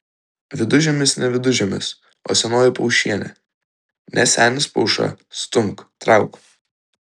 vidužiemis ne vidužiemis o senoji paušienė ne senis pauša stumk trauk